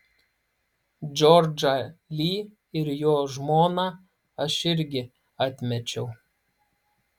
džordžą li ir jo žmoną aš irgi atmečiau